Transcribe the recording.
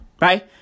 Right